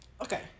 Okay